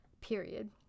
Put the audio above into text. period